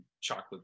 chocolate